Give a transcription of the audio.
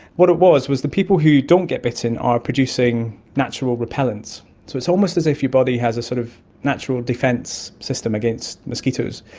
what it was was the people who don't get bitten are producing natural repellents. so it's almost as if your body has a sort of natural defence system against mosquitoes,